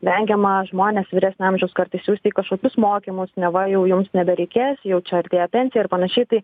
vengiama žmones vyresnio amžiaus kartais siųsti į kažkokius mokymus neva jau jums nebereikės jau čia artėja pensija ir panašiai tai